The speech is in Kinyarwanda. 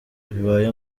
bibaye